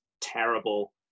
terrible